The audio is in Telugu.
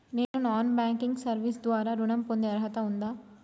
నేను నాన్ బ్యాంకింగ్ సర్వీస్ ద్వారా ఋణం పొందే అర్హత ఉందా?